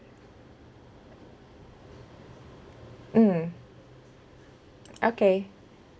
mm okay